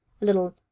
little